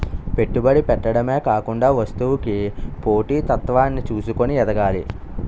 పెట్టుబడి పెట్టడమే కాకుండా వస్తువుకి పోటీ తత్వాన్ని చూసుకొని ఎదగాలి